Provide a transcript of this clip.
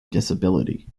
disability